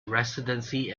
residency